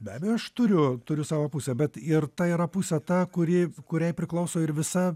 be abejo aš turiu turiu savo pusę bet ir ta yra pusė ta kuri kuriai priklauso ir visa